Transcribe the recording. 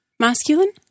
Masculine